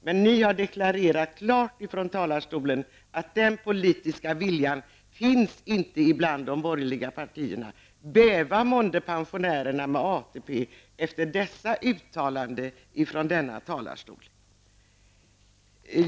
Men det har här i talarstolen klart deklarerats att denna politiska vilja inte finns hos de borgerliga partierna. Bäva månde pensionärer med ATP efter ett sådant uttalande!